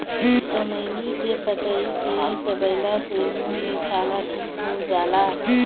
चमेली के पतइ के चबइला से मुंह के छाला ठीक हो जाला